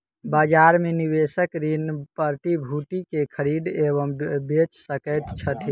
बजार में निवेशक ऋण प्रतिभूति के खरीद एवं बेच सकैत छथि